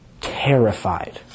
terrified